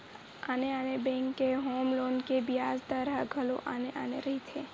आने आने बेंक के होम लोन के बियाज दर ह घलो आने आने रहिथे